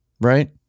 Right